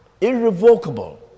irrevocable